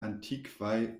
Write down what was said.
antikvaj